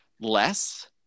less